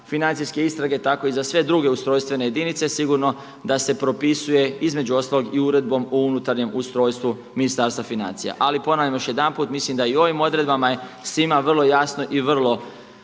financijske istrage tako i za sve druge ustrojstvene jedinice sigurno da se propisuje između ostalog i uredbom o unutarnjem ustrojstvu Ministarstva financija. Ali ponavljam još jedanput mislim da i u ovim odredbama je svima vrlo jasno i vrlo